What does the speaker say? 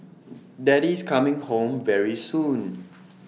daddy's coming home very soon